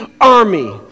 army